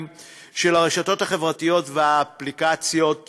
של הרשתות החברתיות והאפליקציות למיניהן,